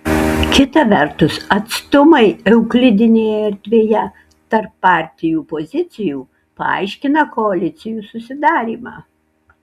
kita vertus atstumai euklidinėje erdvėje tarp partijų pozicijų paaiškina koalicijų susidarymą